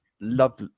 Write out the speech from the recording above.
love